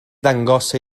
ddangos